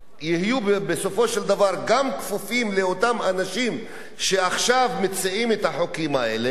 יהיו בסופו של דבר גם כפופים לאותם אנשים שעכשיו מציעים את החוקים האלה,